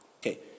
Okay